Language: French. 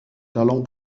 talents